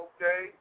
Okay